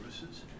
services